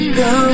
go